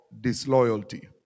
disloyalty